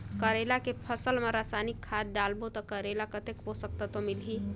करेला के फसल मा रसायनिक खाद डालबो ता करेला कतेक पोषक तत्व मिलही?